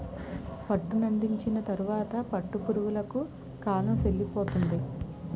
పట్టునందించిన తరువాత పట్టు పురుగులకు కాలం సెల్లిపోతుంది